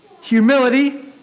humility